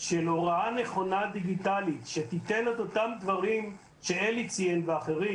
של הוראה נכונה דיגיטלית שתיתן את אותם דברים שאלי ציין ואחרים,